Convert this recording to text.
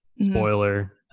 Spoiler